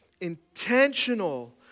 intentional